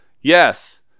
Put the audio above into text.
Yes